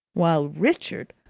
while richard,